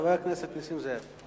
חבר הכנסת נסים זאב,